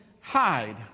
hide